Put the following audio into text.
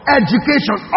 education